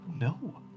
no